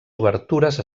obertures